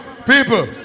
people